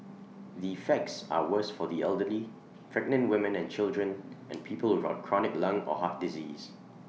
the effects are worse for the elderly pregnant women and children and people chronic lung or heart disease